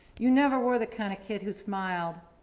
you never were the kind of kid who smiled,